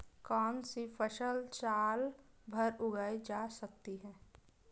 कौनसी फसल साल भर उगाई जा सकती है?